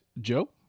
Joe